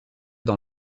dans